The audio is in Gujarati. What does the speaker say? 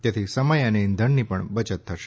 તેથી સમય અને ઈધણની પણ બયત થશે